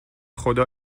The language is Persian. خدا